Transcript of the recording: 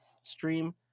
stream